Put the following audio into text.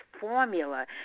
Formula